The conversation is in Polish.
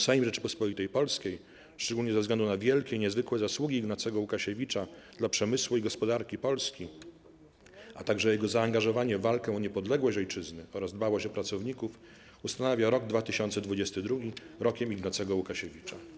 Sejm Rzeczypospolitej Polskiej, szczególnie ze względu na wielkie i niezwykłe zasługi Ignacego Łukasiewicza dla przemysłu i gospodarki Polski, a także Jego zaangażowanie w walkę o niepodległość Ojczyzny oraz dbałość o pracowników, ustanawia rok 2022 Rokiem Ignacego Łukasiewicza”